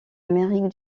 amérique